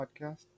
podcast